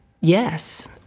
Yes